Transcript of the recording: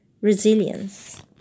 resilience